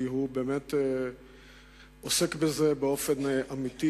כי הוא באמת עוסק בזה באופן אמיתי,